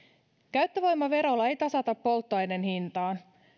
käyttövoimaverolla ei tasata polttoaineen hintaa